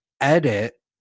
edit